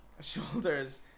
Shoulders